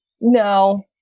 no